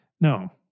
No